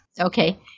Okay